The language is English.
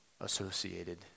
associated